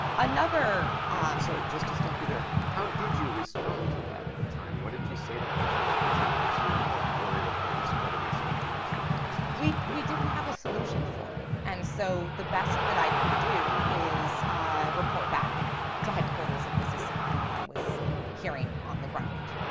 another sorry, um so just to stop you there. how did you respond to that at the time? what did you say to country representatives who were worried about the spread of misinformation, for instance? we we didn't have a solution for it. and so the best that i could do is report back to headquarters that this is something that i was hearing on the ground